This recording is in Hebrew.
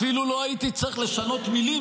אפילו לא הייתי צריך לשנות מילים,